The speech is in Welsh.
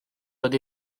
dod